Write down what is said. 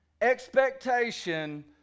expectation